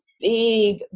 big